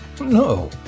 No